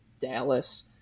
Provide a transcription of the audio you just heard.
Dallas